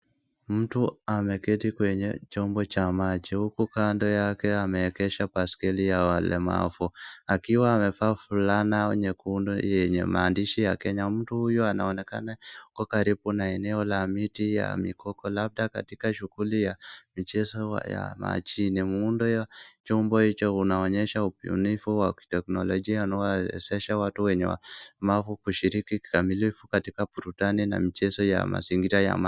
Mtu ameketi kwenye chombo cha maji, huku kando yake ameegesha baiskeli ya walemavu aki amevaa fulana nyekundu yenye maandishi ya kenya, huyu mtu anaonekana ako karibu na eneo la miti ya migogo labda katika shughuli ya kucheza ya majini. Muundo ya chombo hicho inaonyesha ubunifu wa kiteknolojia kuwezesha watu wa ulemavu kushiriki kamilifu katika burudani na michezo ya maji.